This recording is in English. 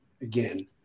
again